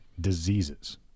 diseases